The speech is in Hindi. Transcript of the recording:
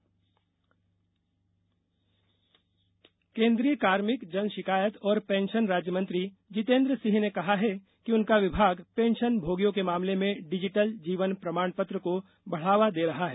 डिजिटल प्रमाण पत्र केन्द्रीय कार्मिक जन शिकायत और पेंशन राज्यमंत्री जितेन्द्र सिंह ने कहा है कि उनका विभाग पेंशनभोगियों के मामले में डिजिटल जीवन प्रमाण पत्र को बढावा दे रहा है